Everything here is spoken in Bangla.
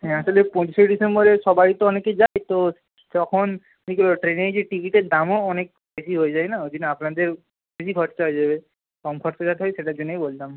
হ্যাঁ আসলে পঁচিশে ডিসেম্বরে সবাই তো অনেকে যায় তো তখন কী ট্রেনের যে টিকিটের দামও অনেক বেশি হয়ে যায় না ওই জন্যে আপনাদের বেশি খরচা হয়ে যাবে কম খরচা যাতে হয় সেটার জন্যই বললাম